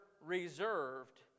reserved